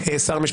בשמחה.